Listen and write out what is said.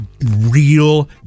real